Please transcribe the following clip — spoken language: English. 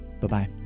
Bye-bye